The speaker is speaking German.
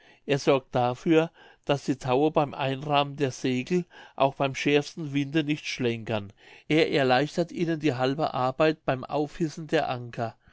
er sorgt dafür daß die taue beim einrahmen der segel auch beim schärfsten winde nicht schlenkern er erleichtert ihnen die halbe arbeit beim aufhissen der anker